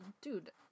dude